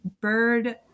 bird